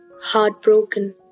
Heartbroken